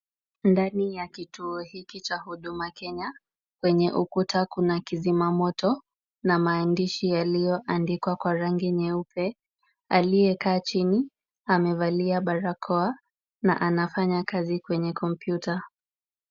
Ndani ya kituo hiki cha huduma Kenya. Kwenye ukuta kuna kizima moto na maandishi yaliyo andikwa kwa rangi nyeupe. Aliyekaa chini amevalia barakoa na anafanya kazi kwenye kompyuta.